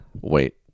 wait